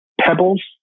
pebbles